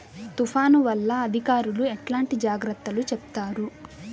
తుఫాను వల్ల అధికారులు ఎట్లాంటి జాగ్రత్తలు చెప్తారు?